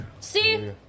See